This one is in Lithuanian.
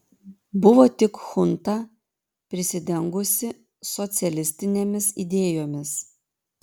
buvo tik chunta prisidengusi socialistinėmis idėjomis